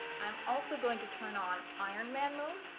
i'm also going to turn on ironman mode,